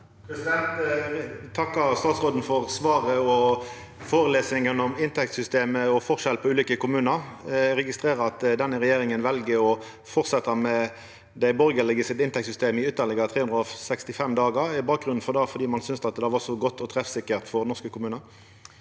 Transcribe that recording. Eg takkar statsråden for svaret og for førelesinga om inntektssystemet og forskjell på ulike kommunar. Eg registrerer at denne regjeringa vel å fortsetja med dei borgarlege sitt inntektssystem i ytterlegare 365 dagar. Er bakgrunnen for det at ein synest det var så godt og treffsikkert for norske kommunar?